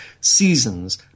seasons